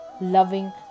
loving